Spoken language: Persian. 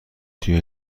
توی